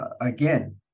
again